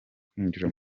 kwinjira